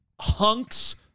hunks